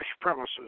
premises